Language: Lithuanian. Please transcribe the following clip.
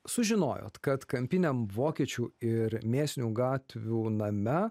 sužinojote kad kampiniam vokiečių ir mėsinių gatvių name